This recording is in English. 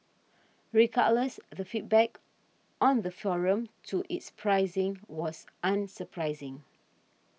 regardless the feedback on the forum to it's pricing was unsurprising